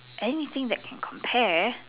anything that can compare